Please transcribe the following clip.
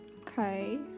okay